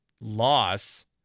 loss